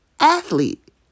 athlete